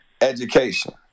Education